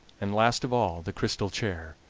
and last of all the crystal chair,